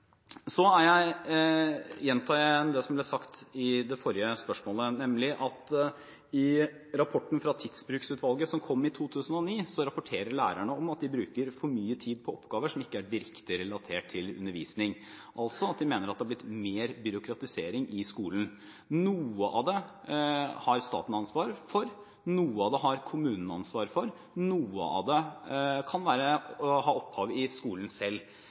Jeg gjentar igjen det som ble sagt i svaret på det forrige spørsmålet, nemlig at i rapporten fra Tidsbruksutvalget som kom i 2009, rapporterer lærerne om at de bruker for mye tid på oppgaver som ikke er direkte relatert til undervisning. De mener altså at det har blitt mer byråkratisering i skolen. Noe av det har staten ansvar for. Noe av det har kommunene ansvar for. Noe av det kan ha opphav i skolen selv.